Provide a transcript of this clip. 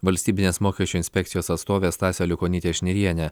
valstybinės mokesčių inspekcijos atstovė stasė aliukonytė šnirienė